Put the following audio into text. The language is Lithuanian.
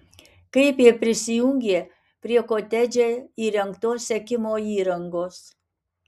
kaip jie prisijungė prie kotedže įrengtos sekimo įrangos